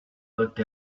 looked